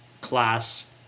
class